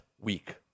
week